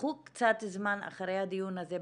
תיקחו קצת זמן אחרי הדיון הזה,